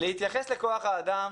להתייחס לכוח האדם